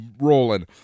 rolling